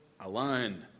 alone